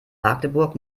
magdeburg